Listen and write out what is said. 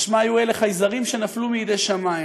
משל היו אלה חייזרים שנפלו משמים.